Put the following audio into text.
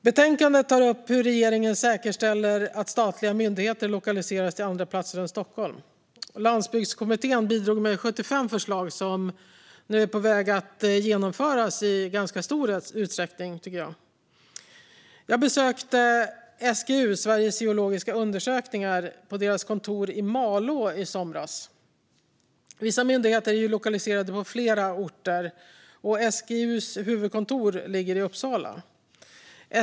Betänkandet tar upp hur regeringen säkerställer att statliga myndigheter lokaliseras till andra platser än Stockholm. Landsbygdskommittén bidrog med 75 förslag som nu är på väg att genomföras i ganska stor utsträckning, tycker jag. Jag besökte SGU, Sveriges geologiska undersökning, på deras kontor i Malå i somras. Vissa myndigheter är ju lokaliserade till flera orter. SGU:s huvudkontor ligger i Uppsala.